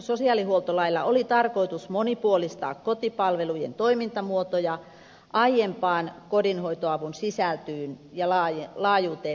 sosiaalihuoltolailla oli tarkoitus monipuolistaa kotipalvelujen toimintamuotoja aiempaan kodinhoitoavun sisältöön ja laajuuteen verrattuna